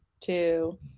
two